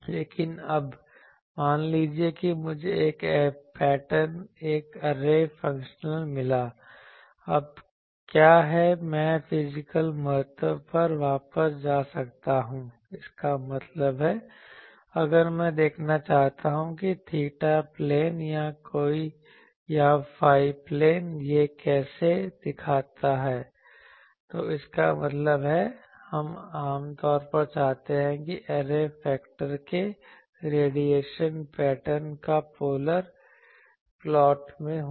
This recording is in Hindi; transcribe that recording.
लेकिन अब मान लीजिए कि मुझे एक पैटर्न एरे फंक्शन मिला अब क्या मैं फिजिकल महत्व पर वापस जा सकता हूं इसका मतलब है अगर मैं देखना चाहता हूं कि थीटा प्लेन या फाई प्लेन यह कैसा दिखता है तो इसका मतलब है हम आम तौर पर चाहते हैं इस ऐरे फेक्टर के रेडिएशन पैटर्न का पोलार प्लॉट में होना